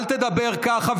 אל תדבר ככה,